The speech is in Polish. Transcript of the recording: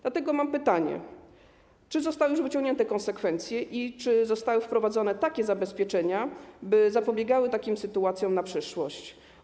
Dlatego mam pytanie: Czy zostały już wyciągnięte konsekwencje i czy zostały wprowadzone takie zabezpieczenia, by zapobiegały takim sytuacjom w przyszłości?